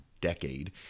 decade